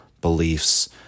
beliefs